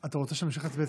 אני קובע כי